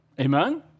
Amen